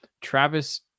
Travis